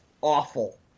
awful